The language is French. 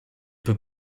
peu